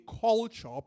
culture